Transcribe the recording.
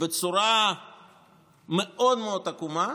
בצורה מאוד מאוד עקומה,